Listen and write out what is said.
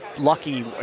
lucky